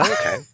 Okay